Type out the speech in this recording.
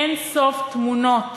אין-סוף תמונות,